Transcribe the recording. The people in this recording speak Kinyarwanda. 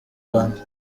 rwanda